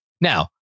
Now